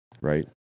right